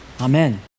Amen